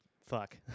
fuck